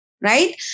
right